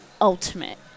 ultimate